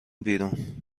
بیرون